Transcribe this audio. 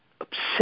obsessed